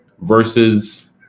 versus